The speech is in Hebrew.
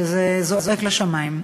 וזה זועק לשמים.